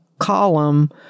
column